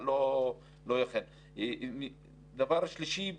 דבר שלישי,